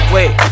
Wait